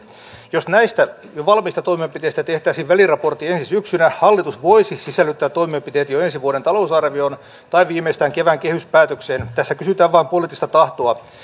jos näistä jo valmiista toimenpiteistä tehtäisiin väliraportti ensi syksynä hallitus voisi sisällyttää toimenpiteet jo ensi vuoden talousarvioon tai viimeistään kevään kehyspäätökseen tässä kysytään vain poliittista tahtoa